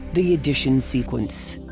the addition sequence.